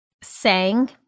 sang